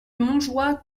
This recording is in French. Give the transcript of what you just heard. montjoie